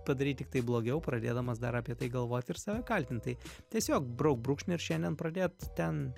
padaryt tiktai blogiau pradėdamas dar apie tai galvot ir save kaltint tai tiesiog braukt brūkšnį ir šiandien pradėt ten